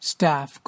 Staff